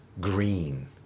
green